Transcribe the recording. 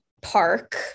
park